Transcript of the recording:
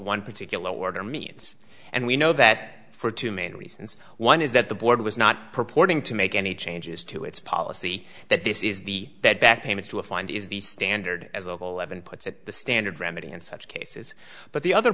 one particular order means and we know that for two main reasons one is that the board was not purporting to make any changes to its policy that this is the that back payment to a fund is the standard as local evan puts it the standard remedy in such cases but the other